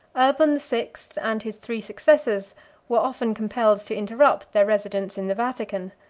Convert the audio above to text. urban the sixth and his three successors were often compelled to interrupt their residence in the vatican.